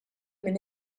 minn